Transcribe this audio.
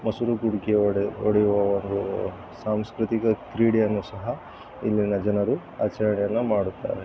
ಮೊಸರು ಕುಡಿಕೆ ಒಡೆ ಒಡೆಯುವ ಸಾಂಸ್ಕೃತಿಕ ಕ್ರೀಡೆಯನ್ನು ಸಹ ಇಲ್ಲಿನ ಜನರು ಆಚರಣೆಯನ್ನು ಮಾಡುತ್ತಾರೆ